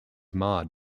marred